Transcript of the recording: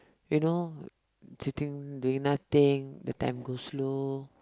you know to do doing nothing the time go slow